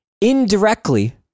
indirectly